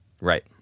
Right